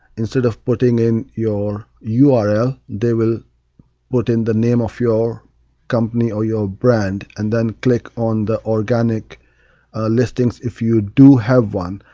instead of putting in your ah url, they will put in the name of your company or your brand and then click on the organic listings. if you do have one.